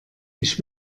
ich